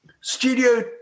studio